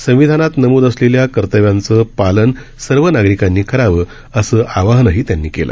संविधानात नमूद असलेल्या कर्तव्यांचं पालन सर्व नागरिकांनी करावं असं आवाहनही त्यांनी केलं